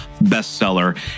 bestseller